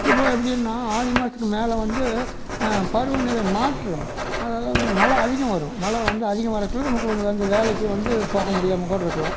இப்போ எப்படின்னா ஆடி மாதத்துக்கு மேலே வந்து பருவ நிலை மாற்றம் அதாவது அதில் மழை அதிகம் வரும் மழை வந்து அதிகம் வரக்குள்ளே நமக்கு ஒன்று வந்து வேலைக்கு வந்து போக முடியாமல் கூட இருக்கலாம்